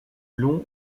long